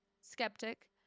skeptic